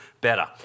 better